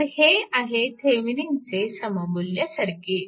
तर हे आहे थेविनिनचे सममुल्य सर्किट